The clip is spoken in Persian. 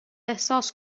احساس